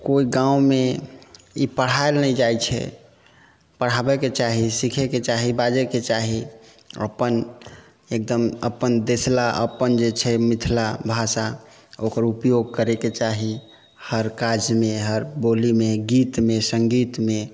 कोइ गांवमे ई पढ़ै लए नहि जाइ छै पढ़ाबैके चाही सिखैके चाही बाजैके चाही अपन एकदम अपन देश लए अपन जे छै मिथिला भाषा ओकर उपयोग करैके चाही हर काजमे हर बोलीमे गीतमे सङ्गीतमे